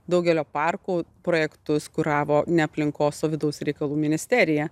daugelio parkų projektus kuravo ne aplinkos o vidaus reikalų ministerija